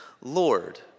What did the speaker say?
Lord